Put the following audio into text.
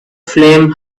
flame